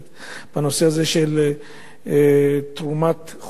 בנושא של תרומה לחולי כליות,